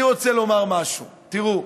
אני רוצה לומר משהו: תראו,